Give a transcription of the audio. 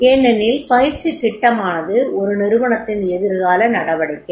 ஏனெனில் பயிற்சித் திட்டமானது ஒரு நிறுவனத்தின் எதிர்கால நடவடிக்கை